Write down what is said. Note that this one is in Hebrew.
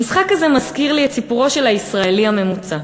המשחק הזה מזכיר לי את סיפורו של הישראלי הממוצע.